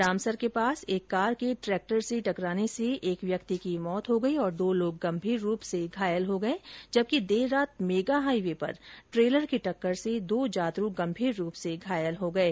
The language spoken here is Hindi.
रामसर के पास एक कार के ट्रेक्टर से टकराने से एक व्यक्ति की मौत हो गई और दो लोग गंभीर रूप से घायल हो गये जबकि देर रात मेगाहाईवे पर ट्रेलर की टक्कर से दो जातरू गंभीर रूप से घायल हो गये